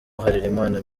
harerimana